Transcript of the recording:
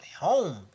home